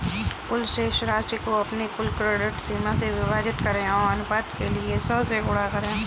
कुल शेष राशि को अपनी कुल क्रेडिट सीमा से विभाजित करें और अनुपात के लिए सौ से गुणा करें